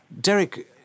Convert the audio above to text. Derek